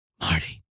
Marty